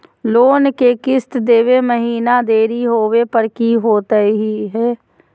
Loan के किस्त देवे महिना देरी होवे पर की होतही हे?